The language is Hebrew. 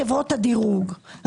חברות הדירוג,